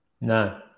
No